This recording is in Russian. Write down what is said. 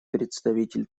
представитель